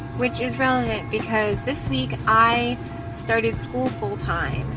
which is relevant because this week, i started school full-time.